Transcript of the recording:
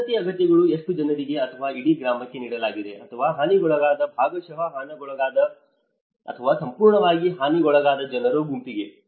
ವಸತಿ ಅಗತ್ಯಗಳು ಎಷ್ಟು ಜನರಿಗೆ ಅಥವಾ ಇಡೀ ಗ್ರಾಮಕ್ಕೆ ನೀಡಲಾಗಿದೆ ಅಥವಾ ಹಾನಿಗೊಳಗಾದ ಭಾಗಶಃ ಹಾನಿಗೊಳಗಾದ ಅಥವಾ ಸಂಪೂರ್ಣವಾಗಿ ಹಾನಿಗೊಳಗಾದ ಜನರ ಗುಂಪಿಗೆ